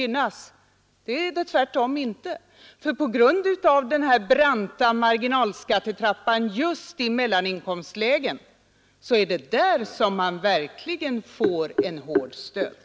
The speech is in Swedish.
Nej, det är inte så. På grund av den branta marginalskattetrappan just i mellaninkomstlägen är det där man nu verkligen får en hård stöt.